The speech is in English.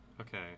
okay